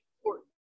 important